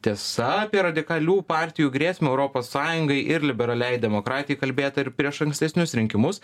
tiesa apie radikalių partijų grėsmę europos sąjungai ir liberaliai demokratijai kalbėta ir prieš ankstesnius rinkimus